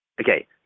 okay